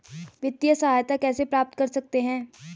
वित्तिय सहायता कैसे प्राप्त कर सकते हैं?